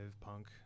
punk